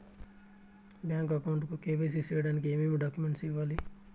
Bank account కు KYC సేయడానికి ఏమేమి డాక్యుమెంట్ ఇవ్వాలి?